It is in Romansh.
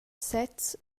sez